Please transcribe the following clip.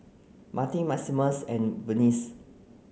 Martin Maximus and Vernie